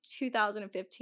2015